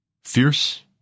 fierce